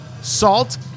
salt